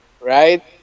Right